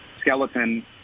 skeleton